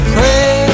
Pray